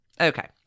Okay